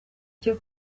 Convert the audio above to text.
cyo